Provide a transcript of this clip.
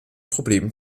problemen